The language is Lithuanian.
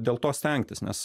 dėl to stengtis nes